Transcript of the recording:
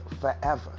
forever